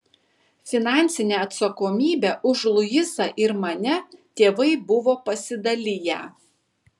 finansinę atsakomybę už luisą ir mane tėvai buvo pasidaliję